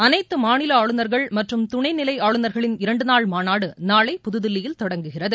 அனைத்துமாநிலஆளுநர்கள் மற்றும் துணைநிலைஆளுநர்களின் இரண்டுநாள் மாநாடுநாளை புதுதில்லியில் தொடங்குகிறது